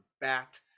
Bat